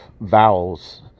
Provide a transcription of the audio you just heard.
vowels